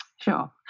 sure